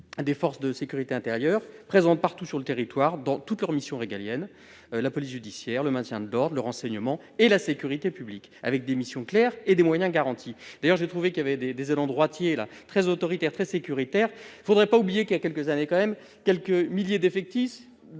des forces de sécurité intérieure présentes partout sur le territoire, dans toutes leurs missions régaliennes : la police judiciaire, le maintien de l'ordre, le renseignement et la sécurité publique, avec des missions claires et des moyens garantis. J'ai d'ailleurs relevé des élans droitiers très autoritaires et sécuritaires : il ne faudrait pas oublier que 12 000 à 15 000 postes de policiers ont